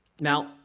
Now